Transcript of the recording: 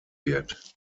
wird